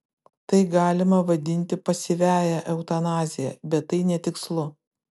tai galima vadinti pasyviąja eutanazija bet tai netikslu